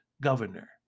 governor